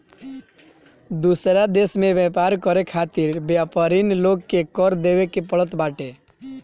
दूसरा देस में व्यापार करे खातिर व्यापरिन लोग के कर देवे के पड़त बाटे